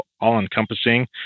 all-encompassing